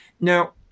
Now